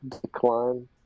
decline